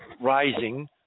rising